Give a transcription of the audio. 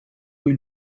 cui